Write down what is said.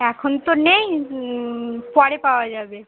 এখন তো নেই পরে পাওয়া যাবে